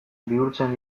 bihurtzen